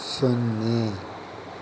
ಸೊನ್ನೆ